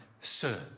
sir